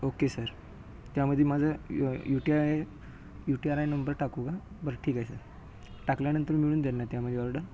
okay sir त्यामध्ये माझं U U T I U T R I number टाकू का बरं ठीक आहे सर टाकल्यानंतर मिळून जाईल ना त्यामध्ये ऑर्डर